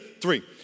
Three